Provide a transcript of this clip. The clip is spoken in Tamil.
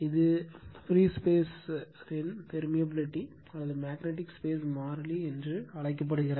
இது பிரீ ஸ்பேஸ் த்தின் பெரிமியபிலிட்டி அல்லது மேக்னட்டிக் ஸ்பேஸ் மாறிலி என்று அழைக்கப்படுகிறது